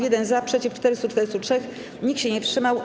1 - za, przeciw - 443, nikt się nie wstrzymał.